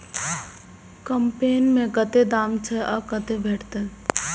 कम्पेन के कतेक दाम छै आ कतय भेटत?